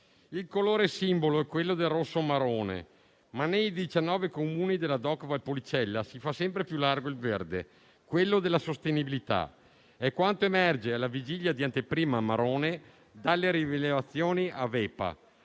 Il colore simbolo è quello del rosso Amarone, ma nei 19 Comuni della Doc Valpolicella si fa sempre più largo il verde, quello della sostenibilità. È quanto emerge - alla vigilia di Anteprima Amarone - dalle rilevazioni Avepa